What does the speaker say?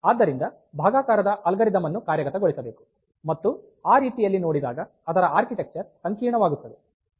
ಆದ್ದರಿಂದ ಭಾಗಾಕಾರದ ಅಲ್ಗಾರಿದಮ್ ಅನ್ನು ಕಾರ್ಯಗತಗೊಳಿಸಬೇಕು ಮತ್ತು ಆ ರೀತಿಯಲ್ಲಿ ನೋಡಿದಾಗ ಅದರ ಆರ್ಕಿಟೆಕ್ಚರ್ ಸಂಕೀರ್ಣವಾಗುತ್ತದೆ